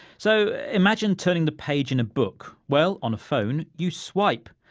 so imagine turning the page in a book, well, on a phone, you swipe.